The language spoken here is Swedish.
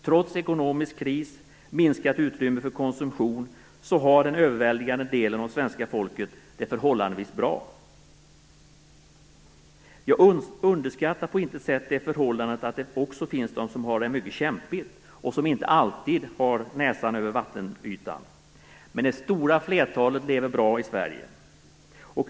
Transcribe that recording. Trots ekonomisk kris och minskat utrymme för konsumtion har den överväldigande delen av svenska folket det förhållandevis bra. Jag underskattar på intet sätt det förhållandet att det också finns de som har det mycket kämpigt och som inte alltid har näsan över vattenytan. Men det stora flertalet lever bra i Sverige.